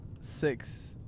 Six